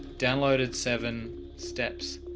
downloaded seven steps,